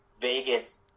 Vegas